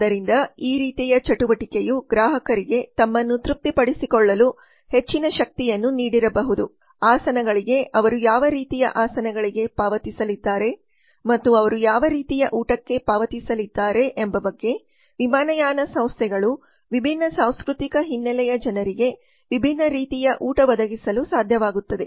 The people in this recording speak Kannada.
ಆದ್ದರಿಂದ ಈ ರೀತಿಯ ಚಟುವಟಿಕೆಯು ಗ್ರಾಹಕರಿಗೆ ತಮ್ಮನ್ನು ತೃಪ್ತಿಪಡಿಸಿಕೊಳ್ಳಲು ಹೆಚ್ಚಿನ ಶಕ್ತಿಯನ್ನು ನೀಡಿರಬಹುದು ಆಸನಗಳಿಗೆ ಅವರು ಯಾವ ರೀತಿಯ ಆಸನಗಳಿಗೆ ಪಾವತಿಸಲಿದ್ದಾರೆ ಮತ್ತು ಅವರು ಯಾವ ರೀತಿಯ ಊಟಕ್ಕೆ ಪಾವತಿಸಲಿದ್ದಾರೆ ಎಂಬ ಬಗ್ಗೆ ಮತ್ತು ವಿಮಾನಯಾನ ಸಂಸ್ಥೆಗಳು ವಿಭಿನ್ನ ಸಾಂಸ್ಕೃತಿಕ ಹಿನ್ನೆಲೆಯ ಜನರಿಗೆ ವಿಭಿನ್ನ ರೀತಿಯ ಊಟ ಒದಗಿಸಲು ಸಾಧ್ಯವಾಗುತ್ತದೆ